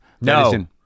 No